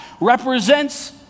represents